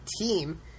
team